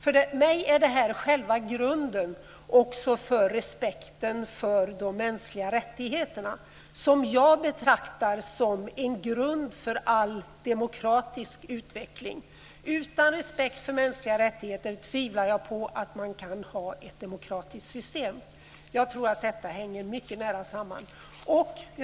För mig är det här själva grunden också för respekten för de mänskliga rättigheterna, som jag betraktar som en grund för all demokratisk utveckling. Utan respekt för mänskliga rättigheter tvivlar jag på att man kan ha ett demokratiskt system. Jag tror att detta hänger mycket nära samman.